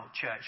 church